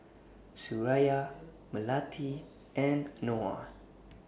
Suraya Melati and Noah